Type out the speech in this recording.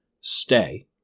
stay